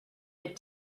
but